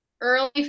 early